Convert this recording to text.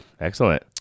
excellent